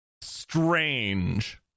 strange